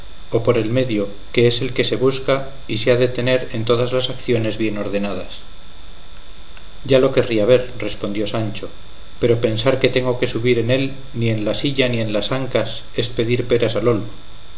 o por el medio que es el que se busca y se ha de tener en todas las acciones bien ordenadas ya lo querría ver respondió sancho pero pensar que tengo de subir en él ni en la silla ni en las ancas es pedir peras al